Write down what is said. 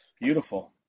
Beautiful